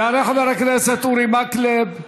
יעלה חבר הכנסת מקלב.